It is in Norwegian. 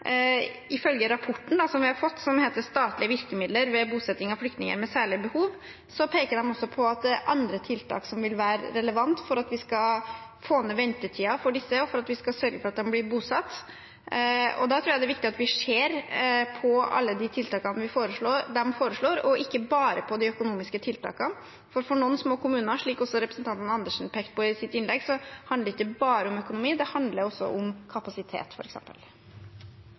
ifølge rapporten som vi har fått, som heter «Statlige virkemidler ved bosetting av flyktninger med særlige behov», tenker en også på at det er andre tiltak som vil være relevante for at vi skal få ned ventetiden for disse, og for at vi skal sørge for at de blir bosatt. Da tror jeg det er viktig at vi ser på alle de tiltakene de foreslår, og ikke bare på de økonomiske tiltakene. For noen små kommuner, slik også representanten Andersen pekte på i sitt innlegg, handler det ikke bare om økonomi, det handler også om kapasitet